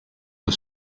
the